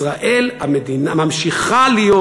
ישראל ממשיכה להיות,